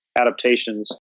adaptations